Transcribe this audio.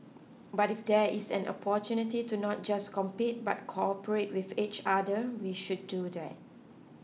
but if there is an opportunity to not just compete but cooperate with each other we should do that